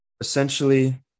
Essentially